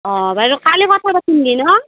অঁ বাইদেউ কালি বা পৰহি ন'